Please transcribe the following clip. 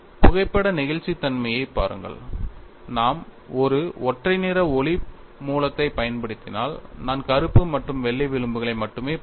புகைப்பட நெகிழ்ச்சித் தன்மையைப் பாருங்கள் நாம் ஒரு ஒற்றை நிற ஒளி மூலத்தைப் பயன்படுத்தினால் நான் கருப்பு மற்றும் வெள்ளை விளிம்புகளை மட்டுமே பார்ப்பேன்